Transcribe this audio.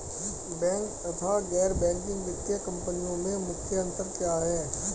Bank तथा गैर banking वित्तीय कंपनियों में मुख्य अंतर क्या है?